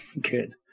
Good